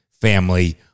family